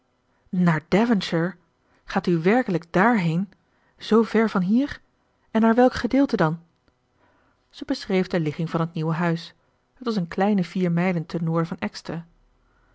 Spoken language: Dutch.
naar devonshire gaat u werkelijk dààrheen zoo ver van hier en naar welk gedeelte dan zij beschreef de ligging van het nieuwe huis het was een kleine vier mijlen ten noorden van exeter